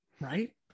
right